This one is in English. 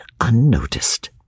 unnoticed